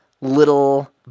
little